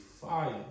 fire